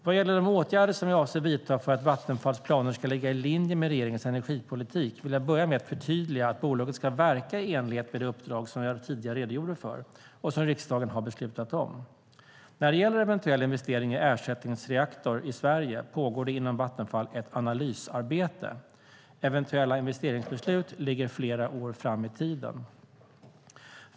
Vad gäller de åtgärder som jag avser att vidta för att Vattenfalls planer ska ligga i linje med regeringens energipolitik vill jag börja med att förtydliga att bolaget ska verka i enlighet med det uppdrag som jag tidigare redogjorde för och som riksdagen har beslutat om. När det gäller eventuell investering i ersättningsreaktor i Sverige pågår det inom Vattenfall ett analysarbete. Eventuella investeringsbeslut ligger flera år fram i tiden.